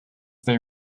they